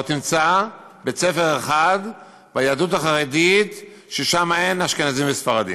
לא תמצא בית-ספר אחד ביהדות החרדית שאין שם אשכנזים וספרדים.